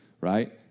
right